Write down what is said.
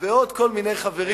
ועוד כל מיני חברים